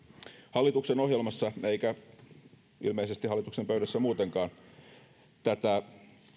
hallituksen ohjelmassa eikä ilmeisesti hallituksen pöydässä muutenkaan tätä